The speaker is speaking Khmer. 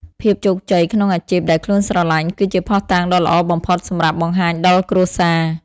ភាពជោគជ័យក្នុងអាជីពដែលខ្លួនស្រលាញ់ គឺជាភស្តុតាងដ៏ល្អបំផុតសម្រាប់បង្ហាញដល់គ្រួសារ។